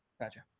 Gotcha